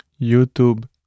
YouTube